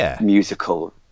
musical